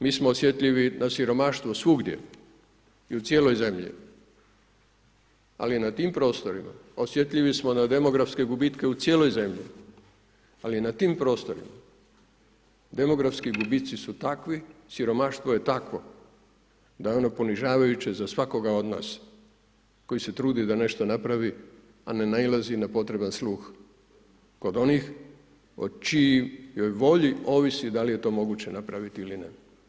Mi smo osjetljivi na siromaštvo svugdje i u cijeloj zemlji, ali na tim prostorima, osjetljivi smo na demografske gubitke u cijeloj zemlji, al je na tim prostorima, demografski gubici su takvi, siromaštvo je takvo da je ono ponižavajuće za svakoga od nas, koji se trudi da nešto napravi, a ne nailazi na potreban sluh kod onih o čijoj volji ovisi da li je to moguće napraviti ili ne.